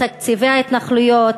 "תקציבי ההתנחלויות",